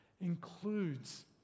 includes